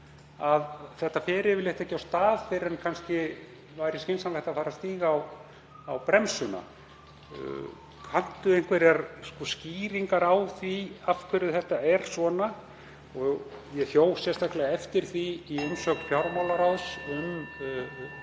að þetta fer yfirleitt ekki af stað fyrr en kannski væri skynsamlegt að fara að stíga á bremsuna. Kann hv. þingmaður einhverjar skýringar á því af hverju þetta er svona? Ég hjó sérstaklega eftir því í umsögn fjármálaráðs um